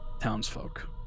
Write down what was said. townsfolk